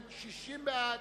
56 בעד,